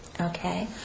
Okay